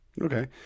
Okay